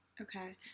Okay